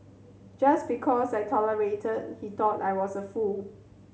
just because I tolerated he thought I was a fool